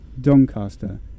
Doncaster